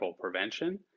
prevention